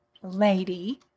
Lady